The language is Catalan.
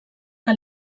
que